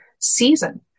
season